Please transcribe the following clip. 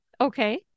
Okay